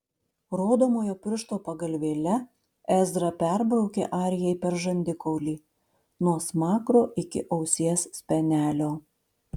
rodomojo piršto pagalvėle ezra perbraukė arijai per žandikaulį nuo smakro iki ausies spenelio